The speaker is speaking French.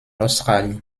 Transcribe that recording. australie